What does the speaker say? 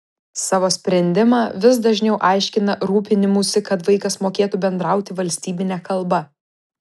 savo sprendimą vis dažniau aiškina rūpinimųsi kad vaikas mokėtų bendrauti valstybine kalba